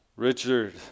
Richard